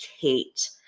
Kate